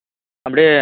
ஆ சரிங்க